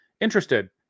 interested